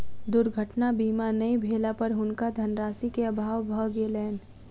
दुर्घटना बीमा नै भेला पर हुनका धनराशि के अभाव भ गेलैन